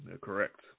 Correct